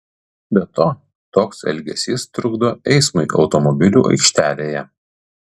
be to toks elgesys trukdo eismui automobilių aikštelėje